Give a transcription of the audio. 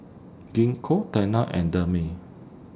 Gingko Tena and Dermale